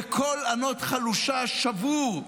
בקול ענות חלושה, שבור,